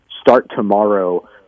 start-tomorrow